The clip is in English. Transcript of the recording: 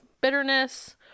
bitterness